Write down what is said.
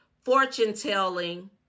fortune-telling